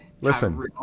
listen